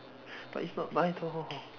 but it's not my door